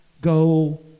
go